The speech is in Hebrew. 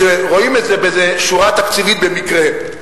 כשרואים את זה באיזו שורה תקציבית במקרה.